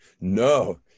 No